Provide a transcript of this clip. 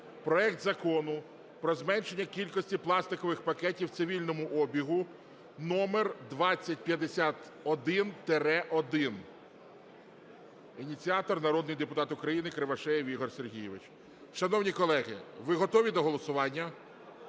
проект Закону про зменшення кількості пластикових пакетів у цивільному обігу (№ 2051-1). Ініціатор – народний депутат України Кривошеєв Ігор Сергійович. Шановні колеги, ви готові до голосування?